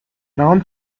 known